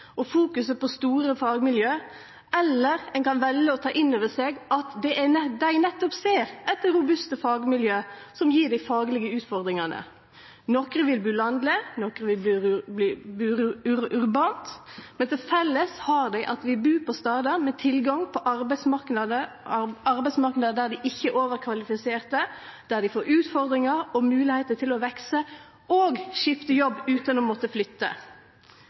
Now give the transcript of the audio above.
og fokuseringa på store fagmiljø, eller ein kan velje å ta inn over seg at dei nettopp ser etter robuste fagmiljø som gjev dei faglege utfordringane. Nokre vil bu landleg, nokre vil bu urbant, men til felles har dei at dei vil bu på stader med tilgang på ein arbeidsmarknad der dei ikkje er overkvalifiserte, der dei får utfordringar og moglegheiter til å vekse – og til å skifte jobb utan å måtte flytte.